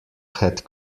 had